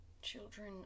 Children